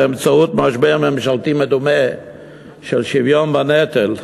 באמצעות משבר ממשלתי מדומה של שוויון בנטל.